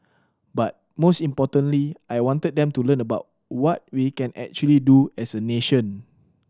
but most importantly I wanted them to learn about what we can actually do as a nation